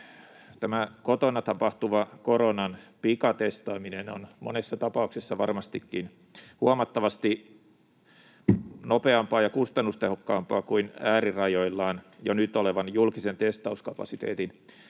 Tämä kotona tapahtuva koronan pikatestaaminen on monessa tapauksessa varmastikin huomattavasti nopeampaa ja kustannustehokkaampaa kuin äärirajoillaan jo nyt olevan julkisen testauskapasiteetin